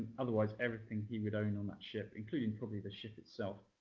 otherwise, everything he would own on that ship, including probably the ship itself,